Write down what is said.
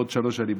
בעוד שלוש שנים,